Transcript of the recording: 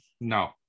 no